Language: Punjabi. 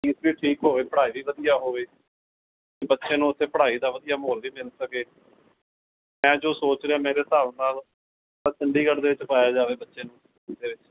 ਫੀਸ ਵੀ ਠੀਕ ਹੋਵੇ ਪੜ੍ਹਾਈ ਵੀ ਵਧੀਆ ਹੋਵੇ ਬੱਚਿਆਂ ਨੂੰ ਉੱਥੇ ਪੜ੍ਹਾਈ ਦਾ ਵਧੀਆ ਮਾਹੌਲ ਵੀ ਮਿਲ ਸਕੇ ਮੈਂ ਜੋ ਸੋਚ ਰਿਹਾ ਮੇਰੇ ਹਿਸਾਬ ਨਾਲ ਤਾਂ ਚੰਡੀਗੜ੍ਹ ਦੇ ਵਿੱਚ ਪਾਇਆ ਜਾਵੇ ਬੱਚਿਆਂ ਨੂੰ ਅਤੇ